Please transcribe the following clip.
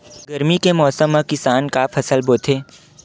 गरमी के मौसम मा किसान का फसल बोथे?